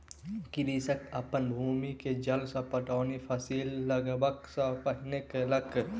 कृषक अपन भूमि के जल सॅ पटौनी फसिल लगबअ सॅ पहिने केलक